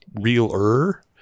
realer